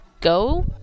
go